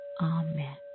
Amen